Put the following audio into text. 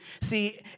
See